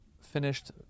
finished